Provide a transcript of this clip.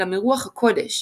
אלא מרוח הקודש,